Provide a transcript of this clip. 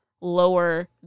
lower